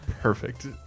Perfect